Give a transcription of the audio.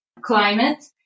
climate